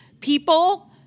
people